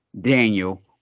Daniel